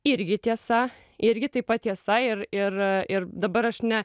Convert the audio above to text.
irgi tiesa irgi taip pat tiesa ir ir ir dabar aš ne